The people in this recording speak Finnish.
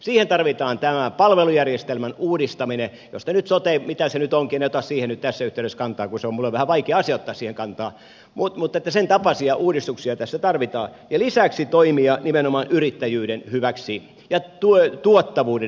siihen tarvitaan tämä palvelujärjestelmän uudistaminen kuten nyt sote mitä se nyt onkin en ota siihen nyt tässä yhteydessä kantaa kun minulle on vähän vaikea asia ottaa siihen kantaa mutta sen tapaisia uudistuksia tässä tarvitaan ja lisäksi toimia nimenomaan yrittäjyyden hyväksi ja tuottavuuden hyväksi